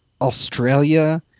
Australia